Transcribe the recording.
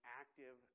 active